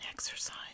Exercise